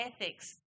ethics